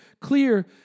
clear